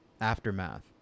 Aftermath